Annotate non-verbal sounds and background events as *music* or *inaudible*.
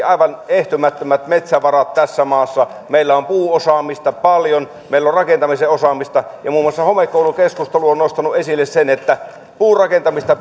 *unintelligible* aivan ehtymättömät metsävarat tässä maassa meillä on puuosaamista paljon meillä on rakentamisen osaamista ja muun muassa homekoulukeskustelu on nostanut esille sen että puurakentamista *unintelligible*